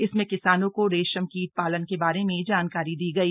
इसमें किसानों को रेशम कीट पालन के बारे में जानकारी दी गई